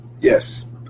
Yes